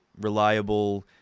reliable